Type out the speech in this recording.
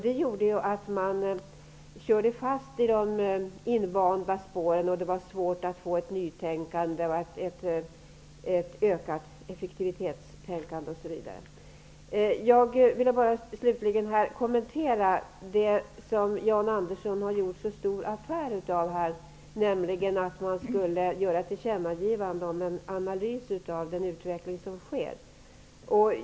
Det medförde att man körde fast i de invanda spåren, och det var svårt att få ett nytänkande, ett ökat effektivitetstänkande. Slutligen vill jag bara kommentera det som Jan Andersson har gjort så stor affär av här, nämligen att man skall göra ett tillkännagivande och en analys av den utveckling som sker.